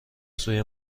سوی